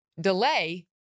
delay